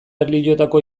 erlijiotako